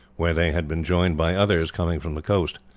where they had been joined by others coming from the coast.